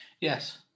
Yes